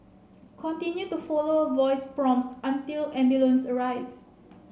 continue to follow a voice prompts until ambulance arrives